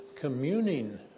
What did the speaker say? communing